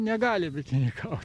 negali bitininkaut